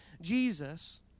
Jesus